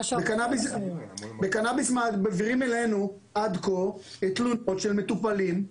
בקנאביס מעבירים אלינו עד כה תלונות של מטופלים,